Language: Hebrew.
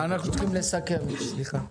אנחנו צריכים לסכם, סליחה.